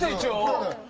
job.